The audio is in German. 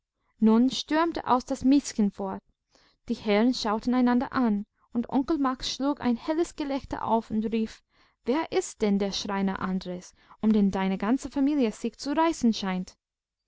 nun stürmte auch das miezchen fort die herren schauten einander an und onkel max schlug ein helles gelächter auf und rief wer ist denn der schreiner andres um den deine ganze familie sich zu reißen scheint